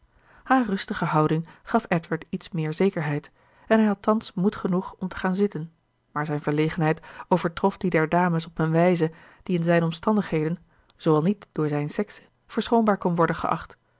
haar rustige houding gaf edward iets meer zekerheid en hij had thans moed genoeg om te gaan zitten maar zijn verlegenheid overtrof die der dames op een wijze die in zijne omstandigheden zooal niet door zijne sekse verschoonbaar kon worden geacht